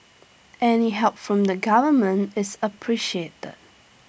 any help from the government is appreciated